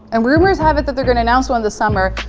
and rumours have it that they're gonna announce one this summer,